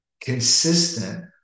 consistent